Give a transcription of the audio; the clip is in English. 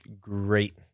great